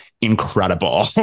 incredible